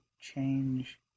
change